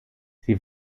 sie